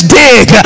dig